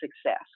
success